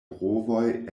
brovoj